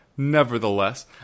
Nevertheless